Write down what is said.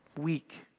Weak